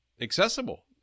accessible